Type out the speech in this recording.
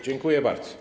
Dziękuję bardzo.